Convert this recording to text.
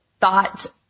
thought